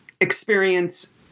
experience